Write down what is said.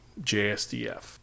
JSDF